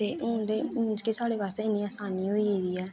ते हून ते हून कि साढ़े बास्तै इन्नी असानी होई गेदी ऐ